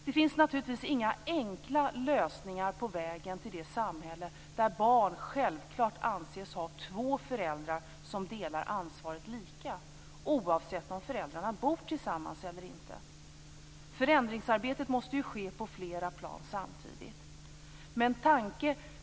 Det finns naturligtvis inga enkla lösningar på vägen till det samhälle där barn självklart anses ha två föräldrar som delar ansvaret lika, oavsett om föräldrarna bor tillsammans eller inte. Förändringsarbetet måste ske på flera plan samtidigt.